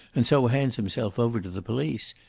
and so hands himself over to the police.